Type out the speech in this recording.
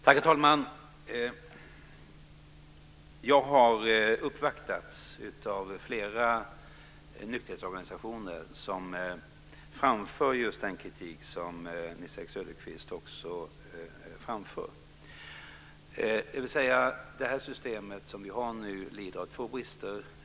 Herr talman! Jag har uppvaktats av flera nykterhetsorganisationer som har framfört just den kritik som Nils-Erik Söderqvist också framför. Den gäller att det system som vi nu har lider av två brister.